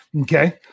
okay